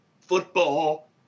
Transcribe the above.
football